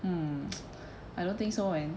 um I don't think so eh